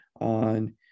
on